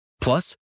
Plus